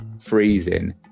freezing